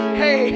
hey